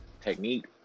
technique